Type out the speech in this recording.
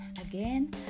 again